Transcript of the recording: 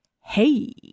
hey